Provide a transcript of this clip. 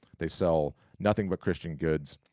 they sell nothing but christian goods.